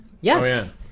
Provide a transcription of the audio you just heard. Yes